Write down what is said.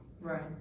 Right